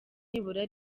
nibura